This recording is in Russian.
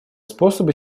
способы